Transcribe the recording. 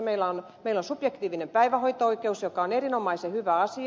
meillä on subjektiivinen päivähoito oikeus joka on erinomaisen hyvä asia